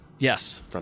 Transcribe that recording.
Yes